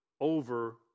over